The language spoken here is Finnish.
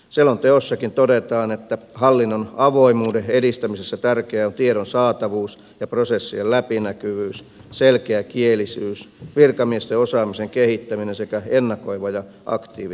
selonteossakin todetaan että hallinnon avoimuuden edistämisessä tärkeää on tiedon saatavuus ja proses sien läpinäkyvyys selkeäkielisyys virkamiesten osaamisen kehittäminen sekä ennakoiva ja aktiivinen viestintä